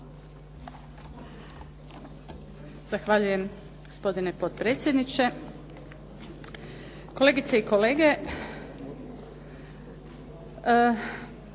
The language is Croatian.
Zahvaljujem gospodine potpredsjedniče. Pa ne mogu